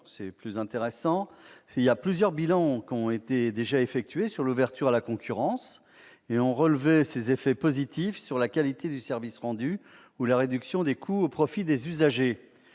vous l'indiquer. Sur le fond, plusieurs bilans ont déjà été effectués sur l'ouverture à la concurrence. Ils ont relevé ses effets positifs sur la qualité du service rendu ou la réduction des coûts, au profit des usagers.